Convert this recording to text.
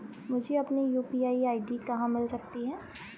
मुझे अपनी UPI ID कहां मिल सकती है?